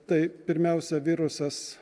tai pirmiausia virusas